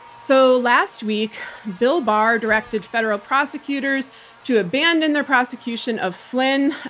so last week bill barr directed federal prosecutors to abandon their prosecution of flynn.